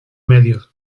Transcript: medios